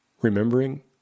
remembering